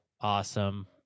awesome